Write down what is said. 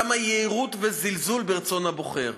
כמה יהירות וזלזול ברצון הבוחר.